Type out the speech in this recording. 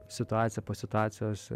situacija po situacijos